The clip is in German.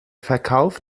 verkauf